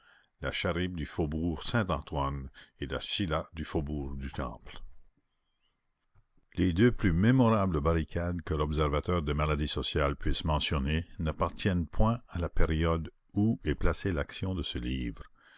la charybde du faubourg saint-antoine et la scylla du faubourg du temple les deux plus mémorables barricades que l'observateur des maladies sociales puisse mentionner n'appartiennent point à la période où est placée l'action de ce livre